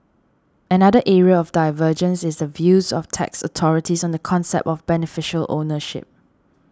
another area of divergence is the views of tax authorities on the concept of beneficial ownership